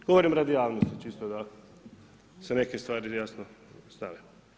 Govorim radi javnosti čisto da se neke stvari jasno postave.